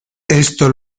esto